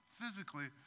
physically